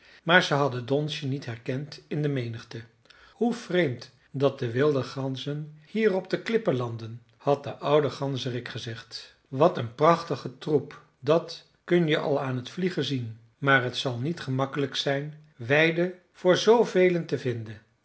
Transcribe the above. maar ze hadden donsje niet herkend in de menigte hoe vreemd dat de wilde ganzen hier op de klippen landen had de oude ganzerik gezegd wat een prachtige troep dat kun je al aan het vliegen zien maar t zal niet gemakkelijk zijn weiden voor zoo velen te vinden